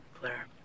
Claire